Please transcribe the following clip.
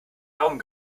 daumen